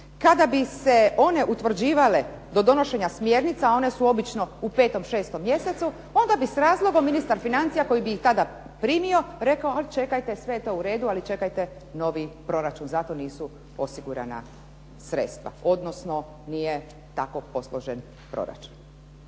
kada bi se one utvrđivale do donošenja smjernica a one su obično u 5., 6. mjesecu onda bi s razlogom ministar financija koji bi ih tada primio rekao sve je to u redu ali čekajte novi proračun zato nisu osigurana sredstva, odnosno nije tako posložen proračun.